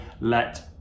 let